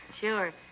sure